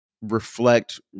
reflect